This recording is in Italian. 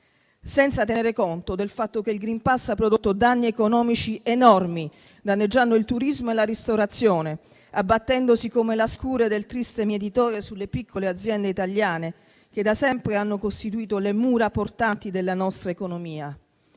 senza tenere conto del fatto che il *green pass* ha prodotto danni economici enormi, danneggiando il turismo e la ristorazione, abbattendosi come la scure del triste mietitore sulle piccole aziende italiane, che da sempre hanno costituito i muri portanti della nostra economia.